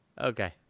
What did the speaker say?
okay